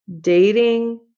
Dating